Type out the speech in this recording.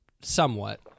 somewhat